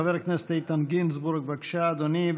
חבר הכנסת איתן גינזבורג, בבקשה, אדוני.